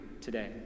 today